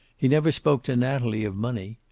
he never spoke to natalie of money.